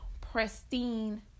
pristine